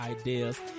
ideas